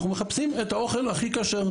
אנחנו מחפשים את האוכל הכי כשר,